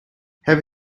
have